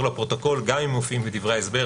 לפרוטוקול גם אם הם מופיעים בדברי ההסבר,